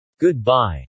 Goodbye